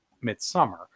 midsummer